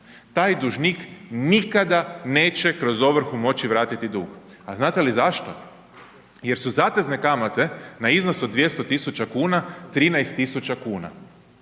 taj dužnik nikada neće kroz ovrhu moći vratiti dug a znate li zašto? Jer su zatezne kamate na iznos od 200 000 kuna, 13 000 kuna.